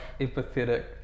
empathetic